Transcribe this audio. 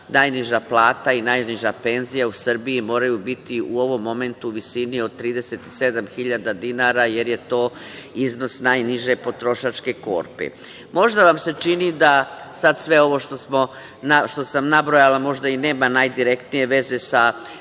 najniža plata i najniža penzija u Srbiji moraju biti u ovom momentu u visini od 37.000 dinara, jer je to iznos najniže potrošačke korpe. Možda vam se čini da sada sve ovo što sam nabrojala možda i nema najdirektnije veze sa ovim